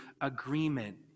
agreement